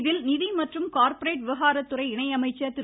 இதில் நிதி மற்றும் கார்ப்பரேட் விவகாரத்துறை இணை அமைச்சர் திரு